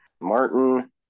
Martin